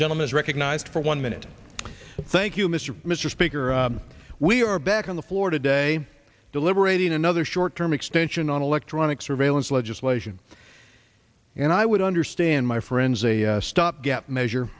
gentleman is recognized for one minute thank you mr mr speaker we are back on the floor today deliberating another short term extension on electronic surveillance legislation and i would understand my friends a stopgap measure